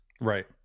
right